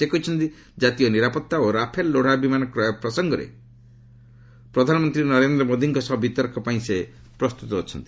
ସେ କହିଛନ୍ତି ଜାତୀୟ ନିରାପତ୍ତା ଓ ରାଫେଲ୍ ଲଢୁଆ ବିମାନ କ୍ରୟ ପ୍ରସଙ୍ଗରେ ପ୍ରଧାନମନ୍ତ୍ରୀ ନରେନ୍ଦ୍ର ମୋଦିଙ୍କ ସହ ବିତର୍କ ପାଇଁ ସେ ପ୍ରସ୍ତୁତ ଅଛନ୍ତି